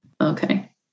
Okay